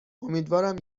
امیدوارم